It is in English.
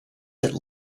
that